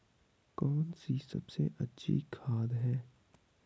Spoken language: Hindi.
कौन सी सबसे अच्छी खाद है?